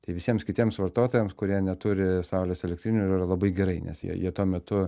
tai visiems kitiems vartotojams kurie neturi saulės elektrinių yra labai gerai nes jie jie tuo metu